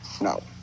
No